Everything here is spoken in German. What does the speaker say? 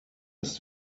ist